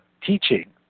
teaching